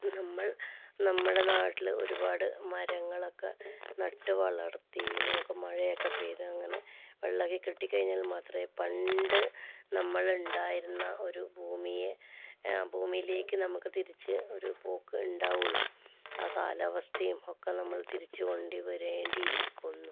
നമ്മൾ നമ്മുടെ നാട്ടിലെ ഒരുപാട് മരങ്ങളൊക്കെ നട്ട് വളർത്തി നമുക്ക് മഴയൊക്കെ പെയ്ത അങ്ങനെ വെള്ളമൊക്കെ കിട്ടിക്കഴിഞ്ഞാൽ മാത്രമേ പണ്ട് നമ്മൾ ഉണ്ടായിരുന്ന ഒരു ഭൂമിയെ ഭൂമിയിലേയ്ക്ക് നമുക്ക് തിരിച്ച് ഒരു പോക്ക് ഉണ്ടാവുകയുള്ളൂ ആ കാലാവസ്ഥയും ഒക്കെ നമ്മൾ തിരിച്ചുകൊണ്ട് വരേണ്ടിയിരിക്കുന്നു